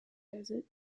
desert